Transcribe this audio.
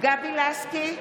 גבי לסקי,